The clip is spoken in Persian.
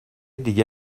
دیگه